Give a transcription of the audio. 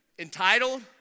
Entitled